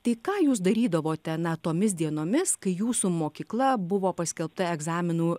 tai ką jūs darydavote na tomis dienomis kai jūsų mokykla buvo paskelbta egzaminų